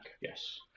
Yes